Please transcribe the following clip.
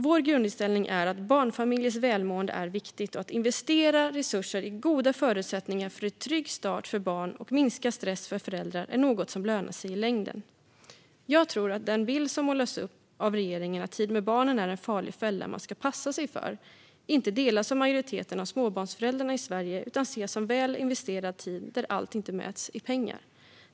Vår grundinställning är att barnfamiljers välmående är viktigt och att investera resurser i goda förutsättningar för en trygg start för barn och minskad stress för föräldrar är något som lönar sig i längden. Jag tror den bild som målas upp av regeringen att tid med barnen är en farlig fälla man ska passa sig för inte delas av majoriteten av småbarnsföräldrarna i Sverige, utan det ses som väl investerad tid där allt inte mäts i pengar.